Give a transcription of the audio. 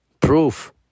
proof